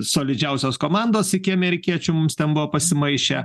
solidžiausios komandos iki amerikiečių mums ten buvo pasimaišę